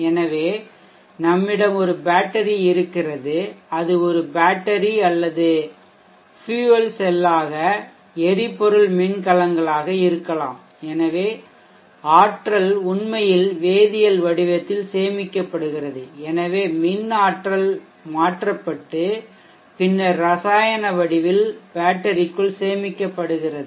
எனவே நம்மிடம் ஒரு பேட்டரி இருக்கிறதது அது ஒரு பேட்டரி அல்லது ஃபுயல் செல்லாக எரிபொருள் மின்கலங்களாக இருக்கலாம் எனவே ஆற்றல் உண்மையில் வேதியியல் வடிவத்தில் சேமிக்கப்படுகிறது எனவே மின் ஆற்றல் மாற்றப்பட்டு பின்னர் இரசாயன வடிவில் பேட்டரிக்குள் சேமிக்கப்படுகிறது